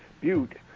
Butte